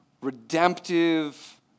redemptive